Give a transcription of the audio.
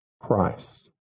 Christ